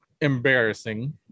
embarrassing